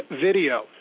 video